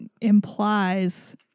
implies